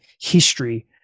history